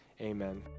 Amen